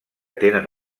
tenen